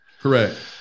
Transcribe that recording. Correct